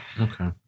Okay